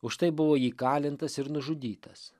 už tai buvo įkalintas ir nužudytas